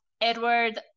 Edward